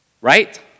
right